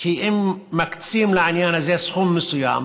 כי אם מקצים לעניין הזה סכום מסוים